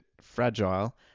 fragile